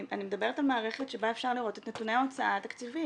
אני מדברת על מערכת שבה אפשר לראות את נתוני ההוצאה התקציבית.